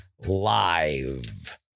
live